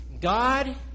God